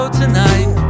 tonight